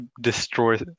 destroy